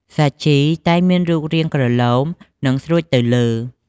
សាជីតែងមានរាងមូលក្រឡូម និងស្រួចទៅលើ។